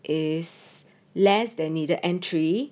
is less than needed entry